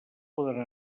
poden